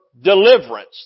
deliverance